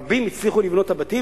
רבים הצליחו לבנות את הבתים.